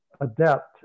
adept